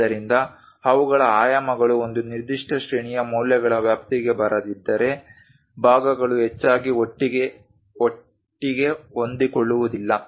ಆದ್ದರಿಂದ ಅವುಗಳ ಆಯಾಮಗಳು ಒಂದು ನಿರ್ದಿಷ್ಟ ಶ್ರೇಣಿಯ ಮೌಲ್ಯಗಳ ವ್ಯಾಪ್ತಿಗೆ ಬರದಿದ್ದರೆ ಭಾಗಗಳು ಹೆಚ್ಚಾಗಿ ಒಟ್ಟಿಗೆ ಹೊಂದಿಕೊಳ್ಳುವುದಿಲ್ಲ